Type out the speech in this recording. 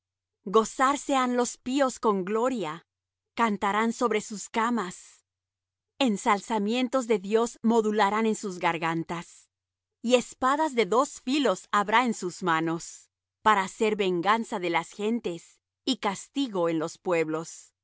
gozarse han los píos con gloria cantarán sobre sus camas ensalzamientos de dios modularán en sus gargantas y espadas de dos filos habrá en sus manos para hacer venganza de las gentes y castigo en los pueblos